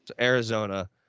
Arizona